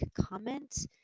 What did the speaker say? comment